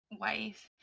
wife